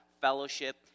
fellowship